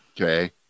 okay